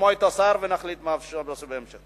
לשמוע את השר, ונחליט מה אפשר לעשות בהמשך.